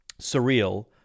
surreal